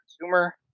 consumer